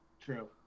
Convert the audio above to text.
true